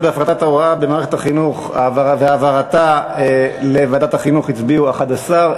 בהפרטת ההוראה במערכת החינוך לוועדת החינוך הצביעו 11,